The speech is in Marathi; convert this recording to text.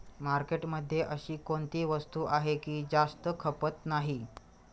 मार्केटमध्ये अशी कोणती वस्तू आहे की जास्त खपत नाही?